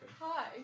Hi